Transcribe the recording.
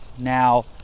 Now